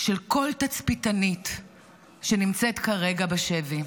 של כל תצפיתנית שנמצאת כרגע בשבי.